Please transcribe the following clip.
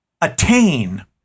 attain